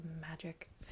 magic